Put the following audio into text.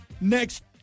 next